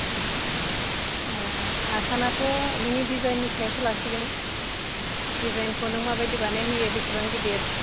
आसानाथ' नोंनि दिजाइननि सायावसो लासिगोन दिजाइनखौ नों माबायदि बानायहोयो बेसेबां गिदिर